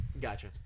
Gotcha